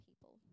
people